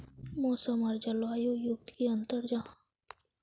मौसम आर जलवायु युत की अंतर जाहा?